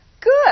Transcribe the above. Good